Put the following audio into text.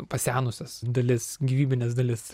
pasenusias dalis gyvybines dalis